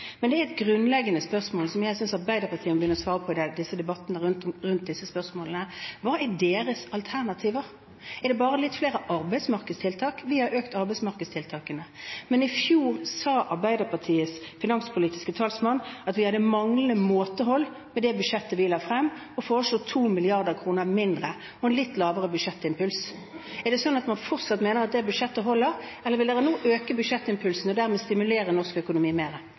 Men det er et grunnleggende spørsmål som jeg synes Arbeiderpartiet må begynne å svare på i debattene rundt disse spørsmålene: Hva er deres alternativer? Er det bare litt flere arbeidsmarkedstiltak? Vi har økt antallet arbeidsmarkedstiltak. Men i fjor sa Arbeiderpartiets finanspolitiske talsmann at vi viste manglende måtehold med det budsjettet vi la frem, og foreslo 2 mrd. kr mindre og en litt lavere budsjettimpuls. Er det sånn at man fortsatt mener at det budsjettet holder, eller vil man nå øke budsjettimpulsene og dermed stimulere norsk økonomi